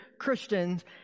Christians